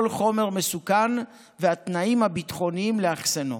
חומר מסוכן והתנאים הביטחוניים לאחסנו.